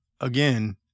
again